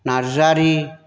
Narzary